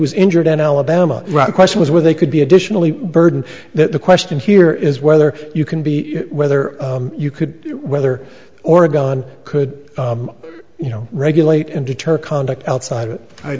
was injured in alabama right a question was where they could be additionally burden that the question here is whether you can be whether you could whether oregon could you know regulate and deter conduct outside it i